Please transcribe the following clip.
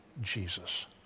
Jesus